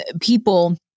people